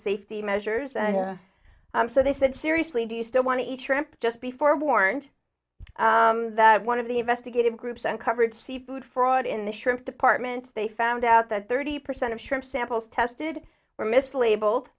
safety measures and so they said seriously do you still want to eat shrimp just be forewarned that one of the investigative groups uncovered seafood fraud in the shrimp department they found out that thirty percent of shrimp samples tested were mislabeled